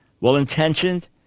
well-intentioned